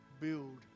build